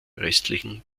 restlichen